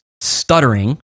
stuttering